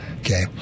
Okay